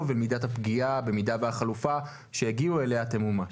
ומידת הפגיעה במידה והחלופה שיגיעו אליה תמומש?